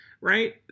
right